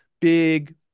big